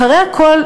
אחרי הכול,